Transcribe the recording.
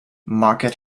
market